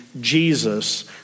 Jesus